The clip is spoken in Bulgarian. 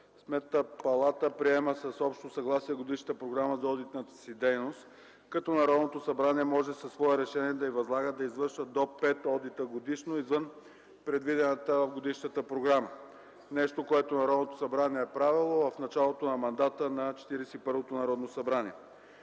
Сметната палата приема с общо съгласие Годишната програма за одитната си дейност, като Народното събрание може със свое решение да й възлага да извършва до пет одита годишно извън предвиденото в годишната програма – нещо, което Народното събрание е правило в началото на мандата на Четиридесет